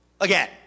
again